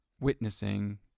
witnessing